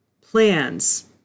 plans